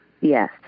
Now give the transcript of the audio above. Yes